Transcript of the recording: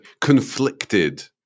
conflicted